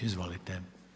Izvolite.